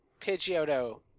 Pidgeotto